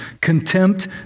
contempt